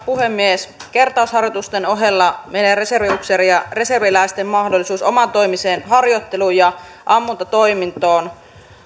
puhemies kertausharjoitusten ohella meillä reserviupseerien ja reserviläisten mahdollisuus omatoimiseen harjoitteluun ja ammuntatoimintaan